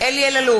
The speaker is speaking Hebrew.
בהצבעה אלי אלאלוף,